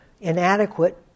inadequate